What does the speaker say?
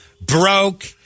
Broke